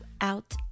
out